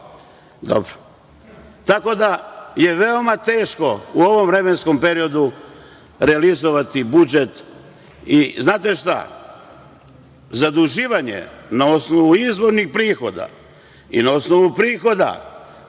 da, veoma je teško u ovom vremenskom periodu realizovati budžet. Znate šta, zaduživanje na osnovu izvornih prihoda i na osnovu prihoda